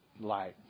light